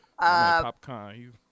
Popcorn